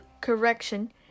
correction